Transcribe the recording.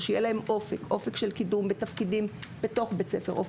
שיהיה להם אופק של קידום בתפקידים בתוך בית הספר,